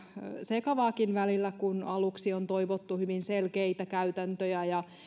sekavaakin välillä kun aluksi on toivottu hyvin selkeitä käytäntöjä ja